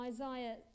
Isaiah